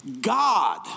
God